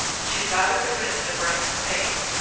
she was out of the room in a breath's space.